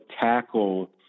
tackle